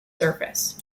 surface